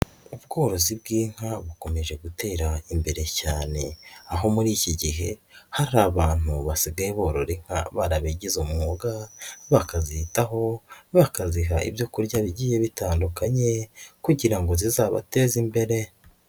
Ubworozi bw'inka bukomeje gutera imbere cyane, aho muri iki gihe hari abantu basigaye borora inka barabigize umwuga, bakazitaho bakaziha ibyo kurya bigiye bitandukanye kugira ngo zizabateze imbere.